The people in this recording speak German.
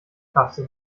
krasse